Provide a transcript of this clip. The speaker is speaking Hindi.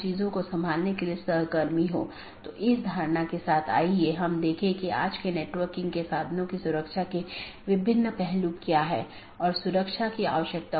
हम बताने की कोशिश कर रहे हैं कि राउटिंग प्रोटोकॉल की एक श्रेणी इंटीरियर गेटवे प्रोटोकॉल है